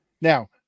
Now